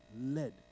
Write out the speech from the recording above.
led